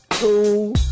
Two